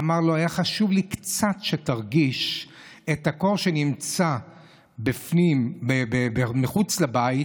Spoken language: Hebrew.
אמר לו: היה חשוב לי שתרגיש קצת את הקור שנמצא מחוץ לבית,